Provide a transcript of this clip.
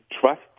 trust